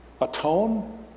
atone